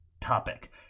topic